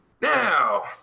Now